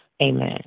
Amen